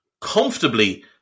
comfortably